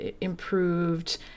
improved